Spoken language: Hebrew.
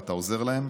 ואתה עוזר להם.